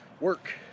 work